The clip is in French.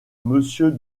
monsieur